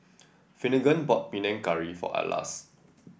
Finnegan bought Panang Curry for Atlas